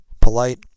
polite